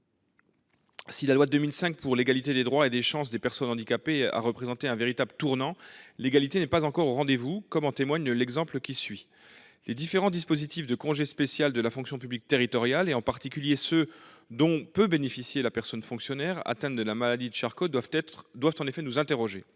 et des chances, la participation et la citoyenneté des personnes handicapées a représenté un véritable tournant, l'égalité n'est pas encore au rendez-vous, comme en témoigne l'exemple qui suit. Les différents dispositifs de congé spécial de la fonction publique territoriale, en particulier ceux dont peut bénéficier la personne fonctionnaire atteinte de la maladie de Charcot, peuvent en effet susciter des